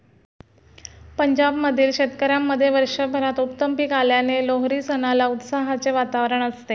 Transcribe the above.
पंजाब मधील शेतकऱ्यांमध्ये वर्षभरात उत्तम पीक आल्याने लोहरी सणाला उत्साहाचे वातावरण असते